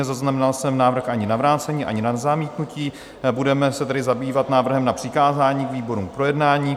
Nezaznamenal jsem návrh ani na vrácení, ani na zamítnutí, budeme se tedy zabývat návrhem na přikázání výborům k projednání.